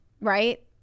right